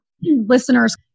listeners